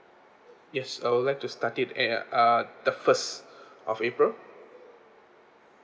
yes I would like to start it at uh the first of april